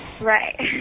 Right